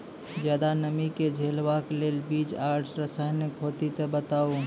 ज्यादा नमी के झेलवाक लेल बीज आर रसायन होति तऽ बताऊ?